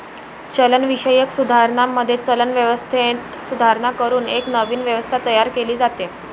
चलनविषयक सुधारणांमध्ये, चलन व्यवस्थेत सुधारणा करून एक नवीन व्यवस्था तयार केली जाते